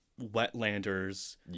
Wetlander's